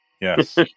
Yes